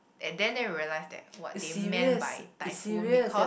and then then we realise that what they meant by typhoon because